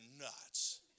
nuts